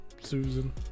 Susan